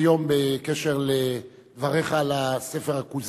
בקשר לדבריך על "ספר הכוזרי",